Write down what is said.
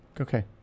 Okay